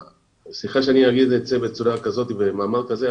סליחה שאני אגיד את זה בצורה כזו ובמעמד כזה,